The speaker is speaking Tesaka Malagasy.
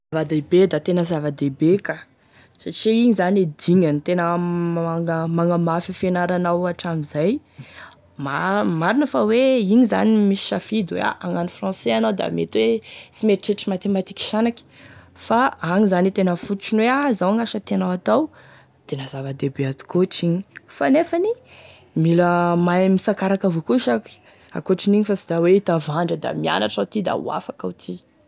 Zava-dehibe da tena zava-dehibe ka satria igny zany e dingany tena magna magnamafy e fianaranao atramizay, maro marina fa hoe igny zany misy safidy hoe ah hagnano français anao da mety hoe sy mieritreritry mathématiques shanaky fa agny zany e tena fototriny hoe ah zao gn'asa tianao atao tena zava-dehibe atokotry igny fa nefany mila mahay mitsakaraky avao koa saky ankoatrin'igy fa sy da hoe mitavandra mianatry aho ty da ho afaky aho ty.